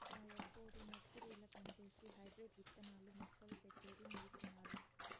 మా యబ్బొడు నర్సరీల పంజేసి హైబ్రిడ్ విత్తనాలు, మొక్కలు పెట్టేది నీర్పినాడు